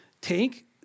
take